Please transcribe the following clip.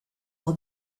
pour